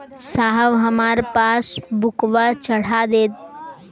साहब हमार पासबुकवा चढ़ा देब?